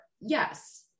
Yes